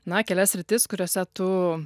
na kelias sritis kuriose tu